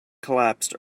collapsed